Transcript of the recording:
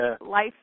Life